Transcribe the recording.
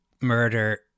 murder